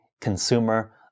consumer